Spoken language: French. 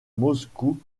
moscou